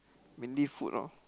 mainly food loh